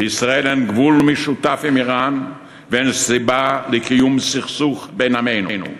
לישראל אין גבול משותף עם איראן ואין סיבה לקיום סכסוך בין עמינו.